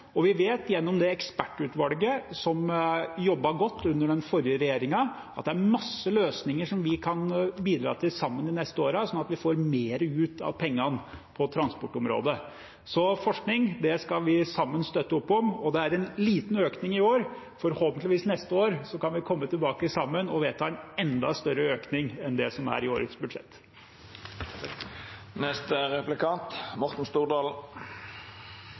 Vi vet, gjennom det ekspertutvalget som jobbet godt under den forrige regjeringen, at det er mange løsninger vi sammen kan bidra til de neste årene, sånn at vi får mer ut av pengene på transportområdet. Forskning skal vi sammen støtte opp om. Det er en liten økning i år. Forhåpentligvis kan vi neste år sammen komme tilbake og vedta en enda større økning enn den som er i årets